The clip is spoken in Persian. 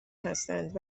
هستند